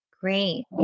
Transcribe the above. Great